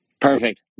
Perfect